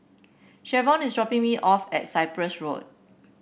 Shavon is dropping me off at Cyprus Road